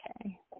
Okay